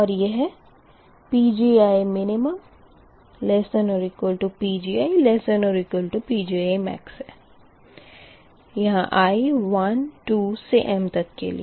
और यह PgiminPgiPgimax है i12m के लिए